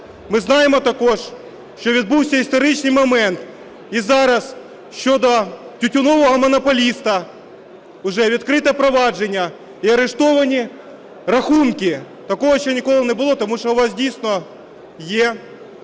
Ми знаємо також, що відбувся історичний момент, і зараз щодо тютюнового монополіста вже відкрито провадження і арештовані рахунки. Такого ще ніколи не було, тому що у вас дійсно є